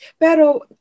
Pero